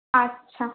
আচ্ছা